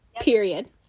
period